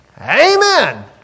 Amen